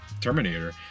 terminator